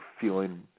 feeling